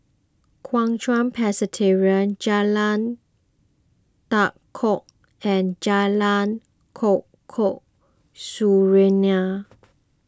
Kuo Chuan Presbyterian Jalan Tua Kong and Jalan Serunai